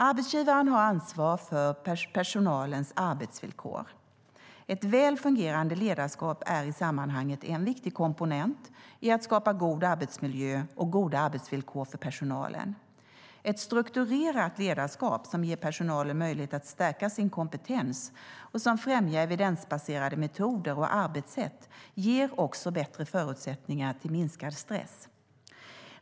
Arbetsgivaren har ansvar för personalens arbetsvillkor. Ett väl fungerande ledarskap är i sammanhanget en viktig komponent i att skapa god arbetsmiljö och goda arbetsvillkor för personalen. Ett strukturerat ledarskap som ger personalen möjlighet att stärka sin kompetens och som främjar evidensbaserade metoder och arbetssätt ger också bättre förutsättningar till minskad stress.